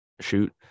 shoot